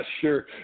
sure